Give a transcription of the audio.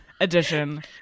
edition